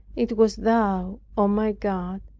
it was thou, o my god,